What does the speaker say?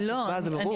זה ברור.